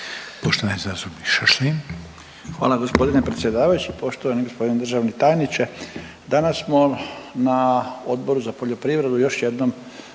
Stipan (HDZ)** Hvala gospodine predsjedavajući. Poštovani gospodine državni tajniče, danas smo na Odboru za poljoprivredu još jednom